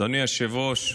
אדוני היושב-ראש,